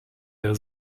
der